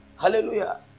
hallelujah